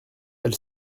elle